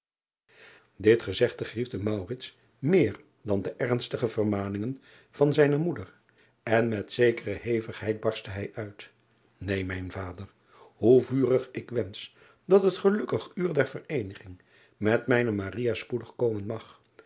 it gezegde griefde meer dan de ernstige vermaningen van zijne moeder en met zekere hevigheid barstte hij uit een mijn vader hoe vurig ik wensch dat het gelukkig uur der vereeniging met mijne spoedig komen mag